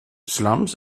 slums